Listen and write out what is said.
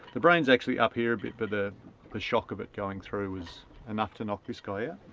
the brain's actually up here but but the ah shock of it going through was enough to knock this guy ah